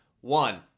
One